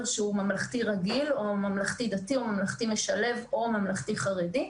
שהוא ממלכתי רגיל או ממלכתי-דתי או ממלכתי-משלב או ממלכתי-חרדי,